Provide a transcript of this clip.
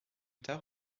tard